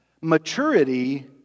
maturity